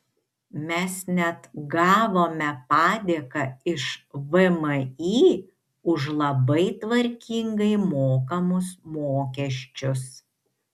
mes net gavome padėką iš vmi už labai tvarkingai mokamus mokesčius